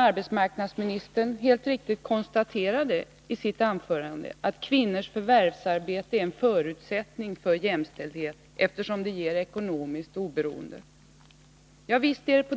Arbetsmarknadsministern konstaterade helt riktigt i sitt anförande att kvinnors förvärvsarbete är en förutsättning för jämställdhet, eftersom det ger ekononomiskt oberoende. Ja visst, det är precis